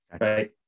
right